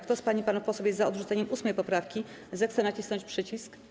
Kto z pań i panów posłów jest za odrzuceniem 8. poprawki, zechce nacisnąć przycisk.